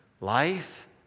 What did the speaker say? Life